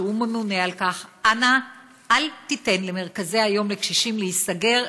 שממונה על כך: אנא אל תיתן למרכזי היום לקשישים להיסגר.